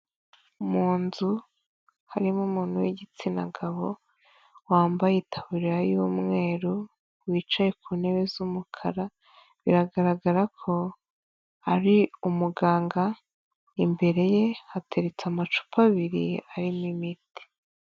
Mu nzu harimo umuntu w'igitsina gabo, wambaye itaburiya y'umweru, wicaye ku ntebe z'umukara, biragaragara ko ari umuganga, imbere ye hateretse amacupa abiri arimo imiti.